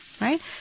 Right